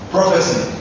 Prophecy